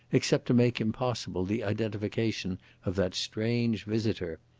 except to make impossible the identification of that strange visitor?